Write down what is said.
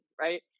right